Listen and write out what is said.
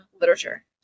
literature